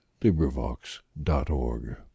LibriVox.org